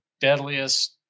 deadliest